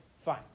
fine